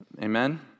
Amen